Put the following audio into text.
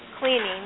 cleaning